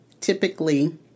typically